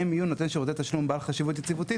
הן יהיו נותני שירותי תשלום בעל חשיבות יציבותית